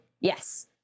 Yes